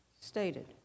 stated